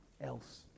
else